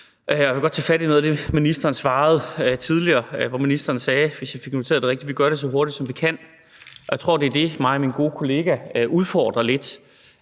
Jeg vil godt tage fat i noget af det, ministeren svarede tidligere, hvor ministeren sagde – hvis jeg fik noteret det rigtigt – at vi gør det så hurtigt, som vi kan. Jeg tror, at det er det, mig og min gode kollega udfordrer lidt.